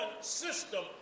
system